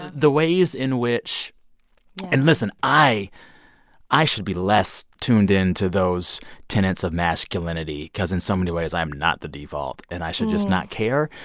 the ways in which. yeah and listen. i i should be less tuned in to those tenets of masculinity cause in so many ways, i'm not the default. and i should just not care.